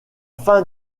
fin